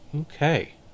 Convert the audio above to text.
okay